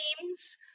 teams